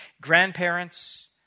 grandparents